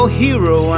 hero